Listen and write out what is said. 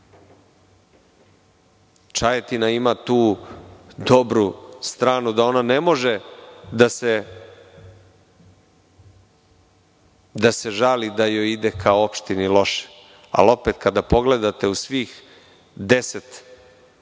ima. Čajetina ima tu dobru stranu da ona ne može da se žali da joj ide kao opštini loše, ali opet kada pogledate u svih 10